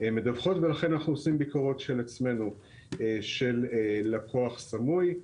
מדווחות ולכן אנחנו עושים ביקורות של עצמנו של לקוח סמוי.